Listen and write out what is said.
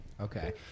okay